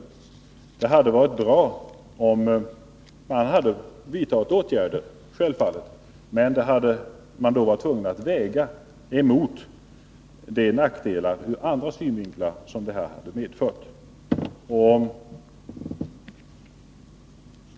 Det hade självfallet varit bra, om man hade vidtagit åtgärder, men detta hade man då varit tvungen att väga mot de nackdelar ur andra synvinklar som det medfört.